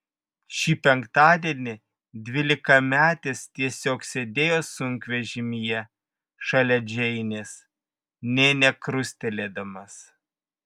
šį penktadienį dvylikametis tiesiog sėdėjo sunkvežimyje šalia džeinės nė nekrustelėdamas